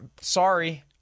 sorry